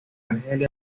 argelia